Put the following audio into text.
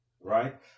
right